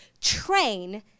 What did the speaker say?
train